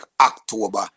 October